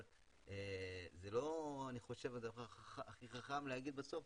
אבל זה לא הדבר הכי חכם להגיד בסוף,